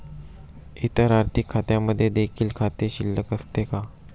इतर आर्थिक खात्यांमध्ये देखील खाते शिल्लक असते का?